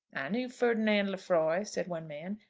i knew ferdinand lefroy, said one man,